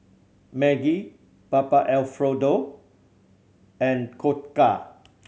Maggi Papa Alfredo and Koka